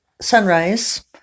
sunrise